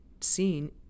seen